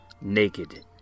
naked